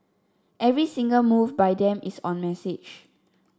every single move by them is on message